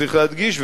צריך להדגיש,